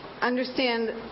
understand